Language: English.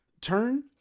turn